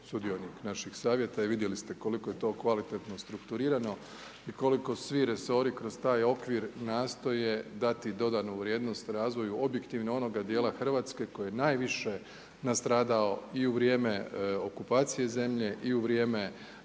naših savjeta i vidjeli ste koliko je to kvalitetno strukturirano i koliko svi resori kroz taj okvir nastoje dati dodanu vrijednost razvoju objektivo onoga dijela Hrvatske koji je najviše nastradao i u vrijeme okupacije zemlje i u vrijeme